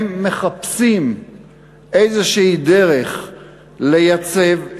הם מחפשים איזושהי דרך לייצב,